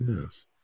Yes